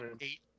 eight